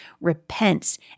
repents